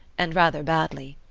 and rather badly.